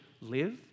live